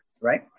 right